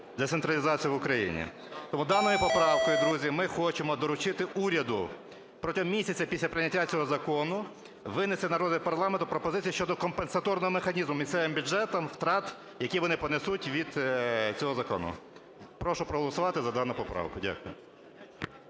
децентралізацію в Україні. Даною поправкою, друзі, ми хочемо доручити уряду протягом місяця після прийняття цього закону винести на розгляд парламенту пропозиції щодо компенсаторного механізму місцевим бюджетам втрат, які вони понесуть від цього закону. Прошу проголосувати за дану поправку. Дякую.